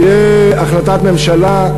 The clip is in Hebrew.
תהיה החלטת ממשלה,